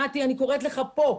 נתי, אני קוראת לך כאן,